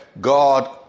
God